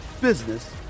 business